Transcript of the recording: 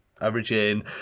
averaging